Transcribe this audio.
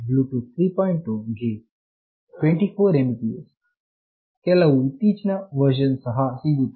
0 ಗೆ 24Mbps ಕೆಲವು ಇತ್ತೀಚಿನ ವರ್ಷನ್ ಸಹ ಸಿಗುತ್ತವೆ